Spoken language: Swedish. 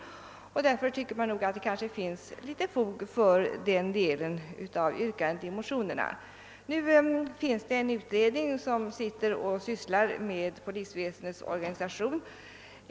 Därför anser jag att det finns visst fog för yrkandet i motionerna. 1967 års polisutredning arbetar för närvarande med en översyn av polisväsendets organisation.